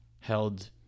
held